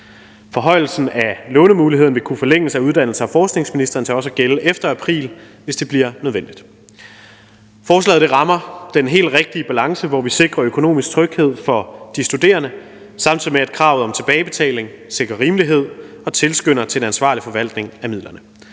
Forhøjelsen af lånemuligheden vil kunne forlænges af uddannelses- og forskningsministeren til også at gælde efter april, hvis det bliver nødvendigt. Forslaget rammer den helt rigtige balance, hvor vi sikrer økonomisk tryghed for de studerende, samtidig med at kravet om tilbagebetaling sikrer rimelighed og tilskynder til en forsvarlig forvaltning af midlerne.